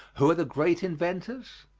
who are the great inventors?